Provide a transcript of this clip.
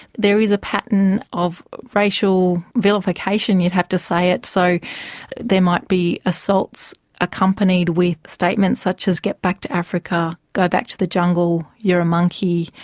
there is a pattern of racial vilification you'd have to say it. so there might be assaults accompanied with statements such as, get back to africa. go back to the jungle. you're a monkey.